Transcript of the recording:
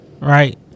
Right